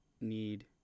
need